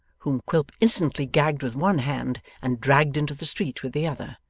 whom quilp instantly gagged with one hand, and dragged into the street with the other.